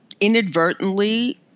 inadvertently